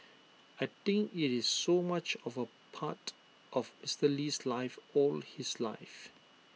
I think IT is so much of A part of Mister Lee's life all his life